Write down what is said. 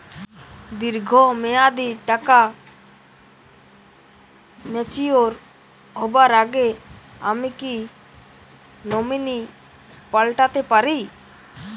দীর্ঘ মেয়াদি টাকা ম্যাচিউর হবার আগে আমি কি নমিনি পাল্টা তে পারি?